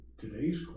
today's